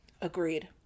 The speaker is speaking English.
agreed